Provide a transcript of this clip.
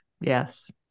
yes